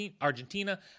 Argentina